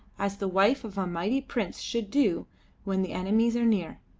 as the wife of a mighty prince should do when the enemies are near.